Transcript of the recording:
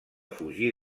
fugir